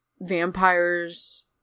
vampires